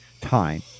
time